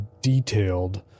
detailed